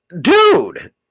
dude